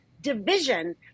division